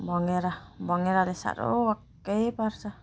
भँगेरा भँगेराले साह्रो वाक्कै पार्छ